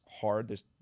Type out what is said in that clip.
hard